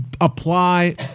apply